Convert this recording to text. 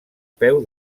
peu